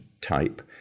type